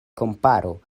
komparu